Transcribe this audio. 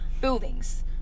buildings